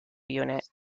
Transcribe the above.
unit